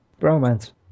Romance